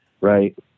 Right